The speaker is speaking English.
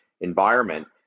environment